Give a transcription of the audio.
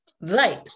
Right